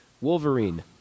Wolverine